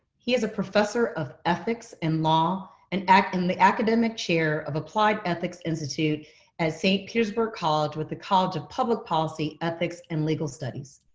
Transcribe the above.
he is a professor of ethics and law and and the academic chair of applied ethics institute at st. petersburg college with the college of public policy, ethics, and legal studies.